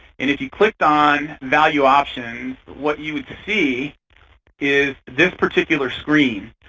and if you clicked on valueoptions, what you would see is this particular screen.